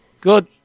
good